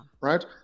right